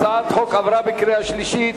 הצעת החוק עברה בקריאה שלישית